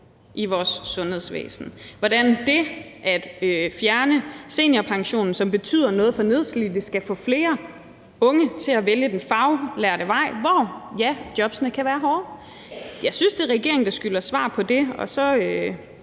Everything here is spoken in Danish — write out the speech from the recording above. i vores sundhedsvæsen, og hvordan det at fjerne seniorpensionen, som betyder noget for nedslidte, skal få flere unge til at vælge den faglærte vej, hvor, ja, jobbene kan være hårde. Jeg synes, at det er regeringen, der skylder svar på det.